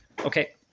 okay